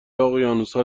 اقیانوسها